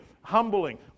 humbling